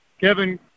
Kevin